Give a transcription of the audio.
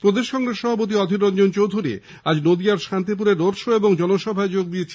প্রদেশ কংগ্রেস সভাপতি অধীররঞ্জন চৌধুরী আজ নদীয়ার শান্তিপুরে রোড শো ও জনসভায় যোগ দিয়েছেন